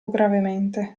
gravemente